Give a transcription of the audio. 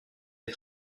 est